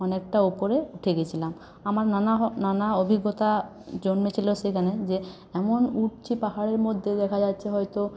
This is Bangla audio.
অনেকটা ওপরে উঠে গেছিলাম আমার নানা নানা অভিজ্ঞতা জন্মেছিলো সেখানে যে এমন উঠছি পাহাড়ের মধ্যে দেখা যাচ্ছে হয়তো